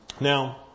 Now